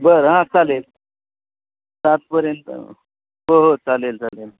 बरं हां चालेल सातपर्यंत हो हो चालेल चालेल